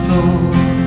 Lord